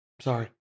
sorry